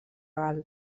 gal